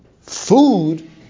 Food